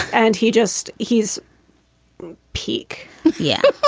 and he just he's peak yeah.